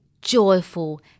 Joyful